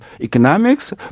economics